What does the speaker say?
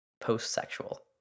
post-sexual